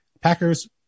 Packers